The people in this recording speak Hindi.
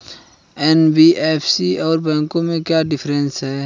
एन.बी.एफ.सी और बैंकों में क्या डिफरेंस है?